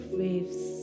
waves